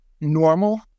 normal